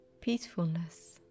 peacefulness